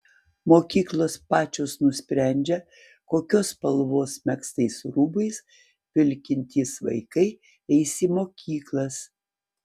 mokyklos pačios nusprendžia kokios spalvos megztais rūbais vilkintys vaikai eis į mokyklas